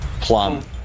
Plum